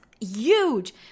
huge